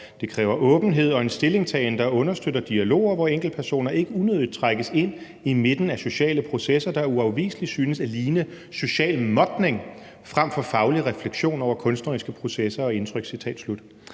Det kræver åbenhed og en stillingtagen, der understøtter dialoger, hvor enkeltpersoner ikke unødigt trækkes ind i midten af sociale processer, der uafviseligt synes at ligne social mobning frem for faglig refleksion over kunstneriske processer og udtryk.